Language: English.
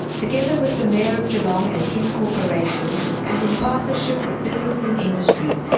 together with the mayor of geelong and his corporation, and in partnership with business and industry,